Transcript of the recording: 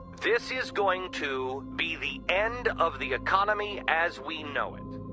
this is going to be the end of the economy as we know it.